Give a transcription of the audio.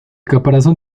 caparazón